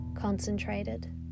concentrated